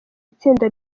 itsinda